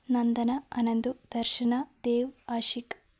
Nandana Anandu Darshana Dev Ashik